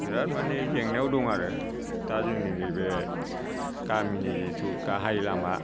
बिराथ मानि जेंनायाव दं आरो दा जोंनि नैबे गामिनि जिथु गाहाइ लामा